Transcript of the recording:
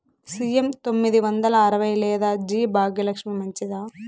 CM తొమ్మిది వందల అరవై లేదా జి భాగ్యలక్ష్మి మంచిదా?